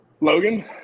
Logan